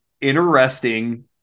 interesting